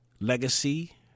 legacy